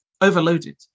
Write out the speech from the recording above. overloaded